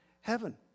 heaven